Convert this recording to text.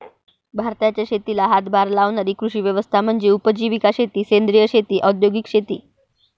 भारताच्या शेतीला हातभार लावणारी कृषी व्यवस्था म्हणजे उपजीविका शेती सेंद्रिय शेती औद्योगिक शेती